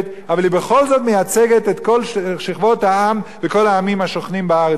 אבל היא בכל זאת מייצגת את כל שכבות העם וכל העמים השוכנים בארץ הזאת.